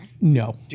No